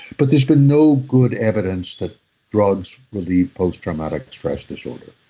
but there's been no good evidence that drugs relieve post-traumatic stress disorder.